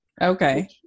Okay